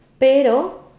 pero